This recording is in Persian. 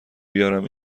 بیارم